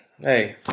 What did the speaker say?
Hey